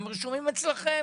הם רשומים אצלכם.